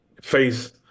face